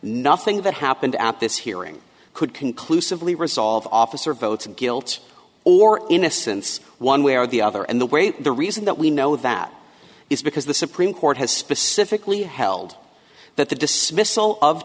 nothing that happened at this hearing could conclusively resolve officer votes of guilt or innocence one way or the other and the way the reason that we know that is because the supreme court has specifically held that the dismissal of